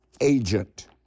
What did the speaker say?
agent